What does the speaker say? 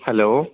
hello